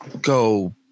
go